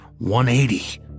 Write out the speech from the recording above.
180